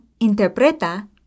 interpreta